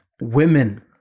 women